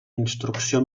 instrucció